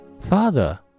Father